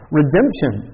redemption